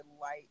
light